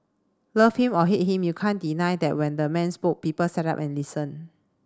love him or hate him you can't deny that when the man spoke people sat up and listened